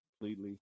completely